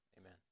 Amen